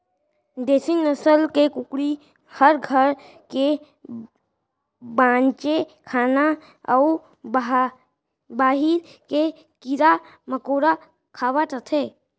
देसी नसल के कुकरी हर घर के बांचे खाना अउ बाहिर के कीरा मकोड़ा खावत रथे